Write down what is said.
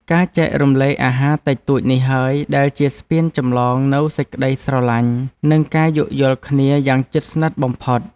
ការចែករំលែកអាហារតិចតួចនេះហើយ ដែលជាស្ពានចម្លងនូវសេចក្តីស្រឡាញ់ និងការយោគយល់គ្នាយ៉ាងជិតស្និទ្ធបំផុត។